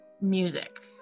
music